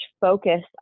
focus